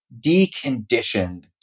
deconditioned